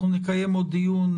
אנחנו נקיים עוד דיון.